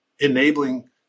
enabling